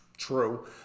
True